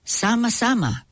sama-sama